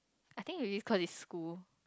I think really cause it's school